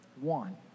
one